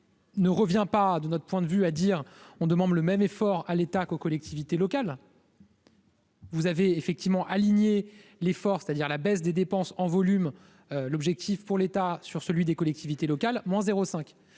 ne revient pas, de notre point de vue à dire on demande le même effort à l'État qu'aux collectivités locales. Vous avez effectivement aligner l'effort, c'est-à-dire la baisse des dépenses en volume, l'objectif pour l'État sur celui des collectivités locales, moins 0 5